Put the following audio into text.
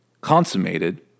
consummated